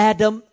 Adam